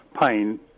pain